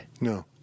No